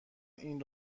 این